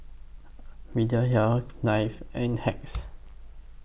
Mediheal Knife and Hacks